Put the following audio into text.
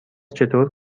چطور